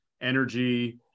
energy